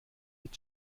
mit